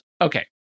Okay